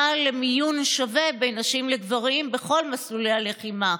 למיון שווה בין נשים לגברים בכל מסלולי הלחימה.